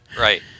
Right